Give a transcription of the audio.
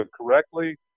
correctly